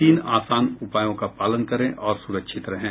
तीन आसान उपायों का पालन करें और सुरक्षित रहें